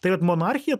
tai vat monarchija